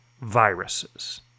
viruses